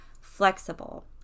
flexible